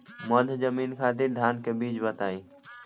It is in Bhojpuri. मध्य जमीन खातिर धान के बीज बताई?